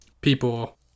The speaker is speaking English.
people